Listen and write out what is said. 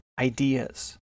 ideas